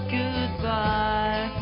goodbye